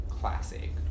classic